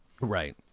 Right